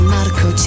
Marco